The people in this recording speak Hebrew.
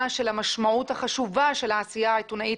של המשמעות החשובה של העשייה העיתונאית,